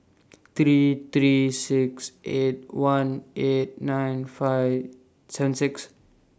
three three six eight one eight nine five seven six